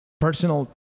personal